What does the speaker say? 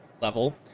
level